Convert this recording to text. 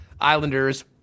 Islanders